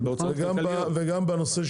וגם בהוצאות הכלכליות.